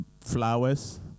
flowers